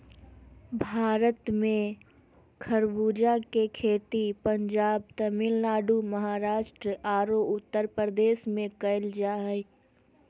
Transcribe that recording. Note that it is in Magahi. भारत में खरबूजा के खेती पंजाब, तमिलनाडु, महाराष्ट्र आरो उत्तरप्रदेश में कैल जा हई